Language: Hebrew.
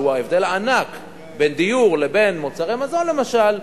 שהוא ההבדל הענק בין דיור לבין מוצרי מזון למשל,